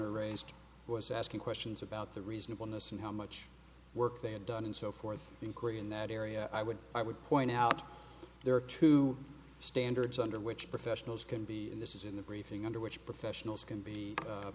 honor raised was asking questions about the reasonableness and how much work they have done and so forth inquiry in that area i would i would point out there are two standards under which professionals can be in this is in the briefing under which professionals can be a